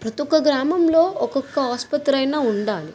ప్రతొక్క గ్రామంలో ఒక్కొక్క ఆసుపత్రయినా ఉండాలి